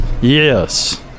Yes